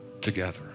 together